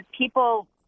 people